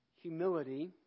humility